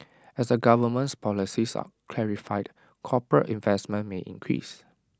as the government's policies are clarified corporate investment may increase